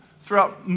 throughout